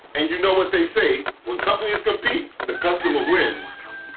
and you know what they say. when companies compete the customer wins!